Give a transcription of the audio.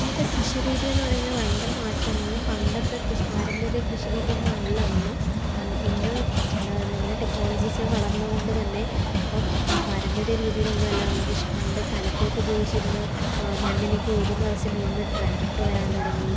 ഇന്നത്തെ കൃഷി രീതി എന്ന് പറയുന്നത് ഭയങ്കര മാറ്റമാണ് നമ്മുടെ പണ്ടത്തെ കൃ പാരമ്പര്യ കൃഷി രീതി ഒന്നും അല്ല അന്ന് ഇന്ന് എന്താ പറയുക നമ്മുടെ ടെക്നോളജീസ് വളർന്നതു കൊണ്ട് തന്നെ ഇപ്പം പാരമ്പര്യ രീതിയിൽ ഒന്നും അല്ല നമ്മൾ കൃഷി പണ്ട് കലപ്പയൊക്കെ ഉപയോഗിച്ചിരുന്നു മണ്ണിനെയൊക്കെ ഉഴുതുമറിച്ച് ഇന്ന് ട്രാക്ടർ വരാൻ തുടങ്ങി